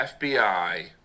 fbi